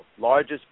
largest